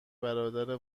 برادر